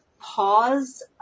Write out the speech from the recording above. pause